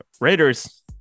Raiders